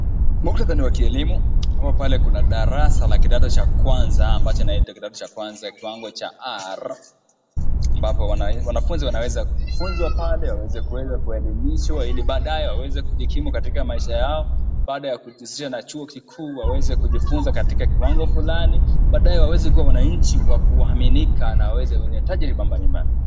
Muktadha ni wa kielimu ambapo pale kuna darasa la kidato cha kwanza ambacho kinaitwa kidato cha kwanza kiwango cha 'R', ambapo wanafunzi wanaweza kufunzwa pale waweze kuweza kuelimishwa ili baadaye waweze kujikimu katika maisha yao. Baada ya kujizia na chuo kikuu waweze kujifunza katika kiwango fulani, baadaye waweze kuwa wananchi wa kuaminika na waweze kuwa wenye tajriba mbalimbali.